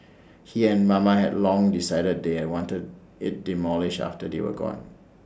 he and mama had long decided they are wanted IT demolished after they were gone